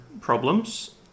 problems